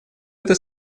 это